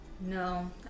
No